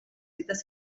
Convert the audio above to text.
dites